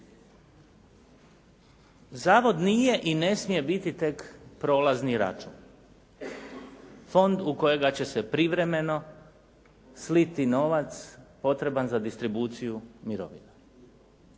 Zavod nije i ne smije biti tek prolazni račun. Fond u kojega će se privremeno sliti novac potreban za distribuciju mirovina.